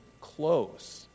close